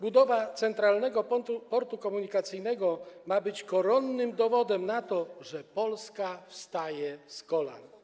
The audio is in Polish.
Budowa Centralnego Portu Komunikacyjnego ma być koronnym dowodem na to, że Polska wstaje z kolan.